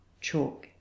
chalk